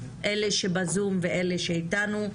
אלה שבזום ואלה שאתנו,